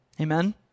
Amen